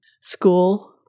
school